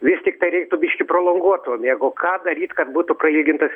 vis tiktai reiktų biškį prolonguoto miego ką daryt kad būtų pailgintas